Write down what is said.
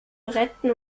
retten